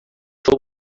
for